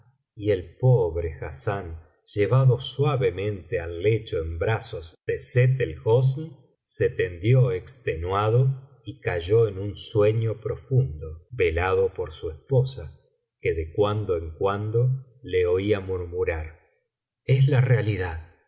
y el pobre hassán llevado suavemente al lecho en brazos de sett el hosn se tendió extenuado y cayó en un sueño profundo velado por su esposa que de cuando en cuando le oía murmurar es la realidad